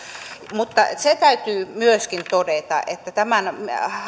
mutta se täytyy myöskin todeta että tämän